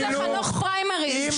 -- יש לחנוך פריימריז יוסי,